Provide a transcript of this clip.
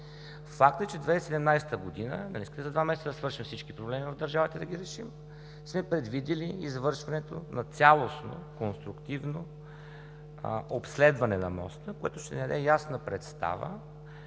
Факт е, че 2017 г. – да не искате за два месеца да свършим всички проблеми в държавата и да ги решим, сме предвидили извършването на цялостно конструктивно обследване на моста, което ще ни даде ясна представа